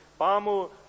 Pamu